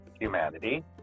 humanity